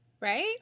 right